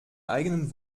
eigenen